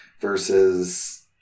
versus